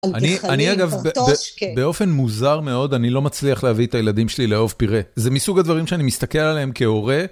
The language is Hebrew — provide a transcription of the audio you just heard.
אני אגב, באופן מוזר מאוד, אני לא מצליח להביא את הילדים שלי לאהוב פירה. זה מסוג הדברים שאני מסתכל עליהם כהורה.